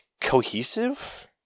cohesive